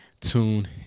tune